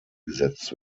gesetzt